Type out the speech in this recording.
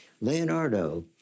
Leonardo